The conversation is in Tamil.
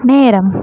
நேரம்